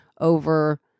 over